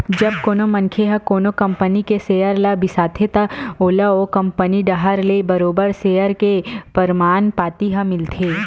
जब कोनो मनखे ह कोनो कंपनी के सेयर ल बिसाथे त ओला ओ कंपनी डाहर ले बरोबर सेयर के परमान पाती ह मिलथे